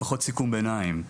זו תערוכת סיכום ביניים.